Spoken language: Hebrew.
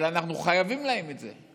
אנחנו חייבים להם את זה.